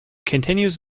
continues